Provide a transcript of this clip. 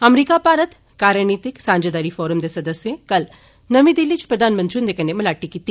अमरीकाभारत कार्यनीतिक साझेदारी फोरमदे सदस्ये कल नर्मी दिल्ली च प्रधानमंत्री हुन्दे कन्नै मलाटी कीती